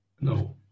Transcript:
no